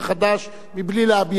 בלי להביע דעה אחרת.